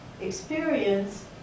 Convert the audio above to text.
experience